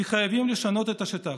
כי חייבים לשנות את השיטה,